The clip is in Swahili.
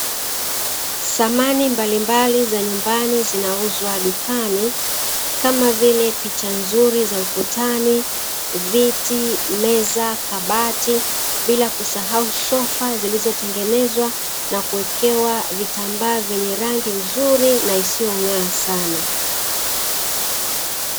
Samani mbalimbali za nyumbani zinauzwa dukani kama vile; picha nzuri za ukutani, viti, meza, kabati bila kusahau sofa zilizotengenezwa na kuwekewa vitambaa vyenye rangi nzuri na isiyo ng'aa sana.